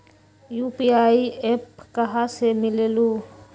UPI app कहा से मिलेलु?